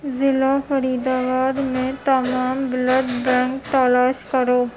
ضلع فرید آباد میں تمام بلڈ بینک تلاش کرو